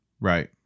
Right